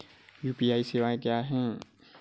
UPI सवायें क्या हैं?